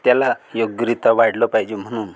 त्याला योग्यरित्या वाढलं पाहिजे म्हणून